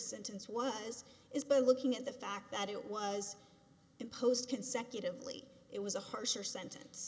sentence was is by looking at the fact that it was imposed consecutively it was a harsher sentence